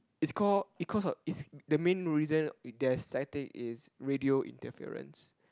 it's call it cause of it's the main reason there's static is radio interference